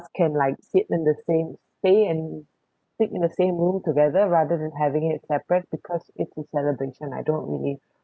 can like sleep in the same play and sleep in the same room together rather than having it separate because it's a celebration I don't really